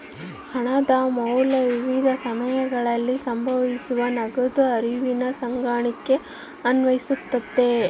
ಹಣದ ಮೌಲ್ಯ ವಿವಿಧ ಸಮಯಗಳಲ್ಲಿ ಸಂಭವಿಸುವ ನಗದು ಹರಿವಿನ ಸರಣಿಗೆ ಅನ್ವಯಿಸ್ತತೆ